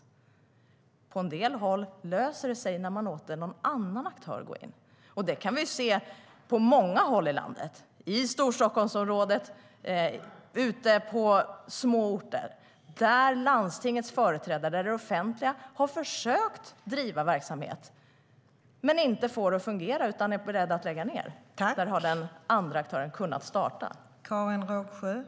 På en del håll löser det sig när man låter någon annan aktör gå in. Vi kan på många håll i landet - i Storstockholmsområdet och ute på små orter - se att landstingets företrädare, det offentliga, försökt driva verksamhet men inte fått det att fungera utan varit beredda att lägga ned. Där har andra aktörer kunnat starta verksamhet.